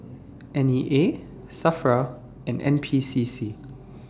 N E A SAFRA and N P C C